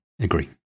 Agree